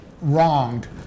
wronged